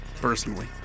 personally